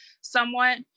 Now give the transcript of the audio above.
somewhat